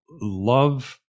love